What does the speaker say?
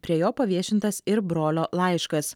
prie jo paviešintas ir brolio laiškas